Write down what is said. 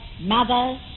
mothers